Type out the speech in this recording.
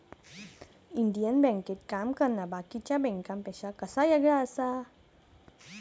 Indian बँकेत काम करना बाकीच्या बँकांपेक्षा कसा येगळा आसा?